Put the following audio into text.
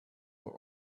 are